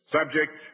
Subject